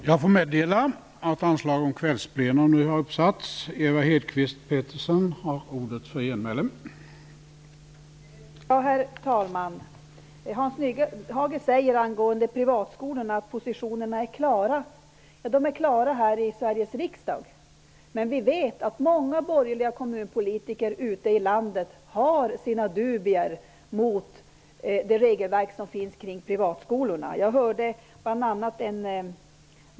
Jag får meddela att anslag nu har satts upp om att detta sammanträde kommer att fortsätta efter kl